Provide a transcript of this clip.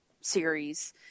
series